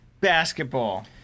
basketball